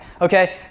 okay